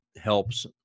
helps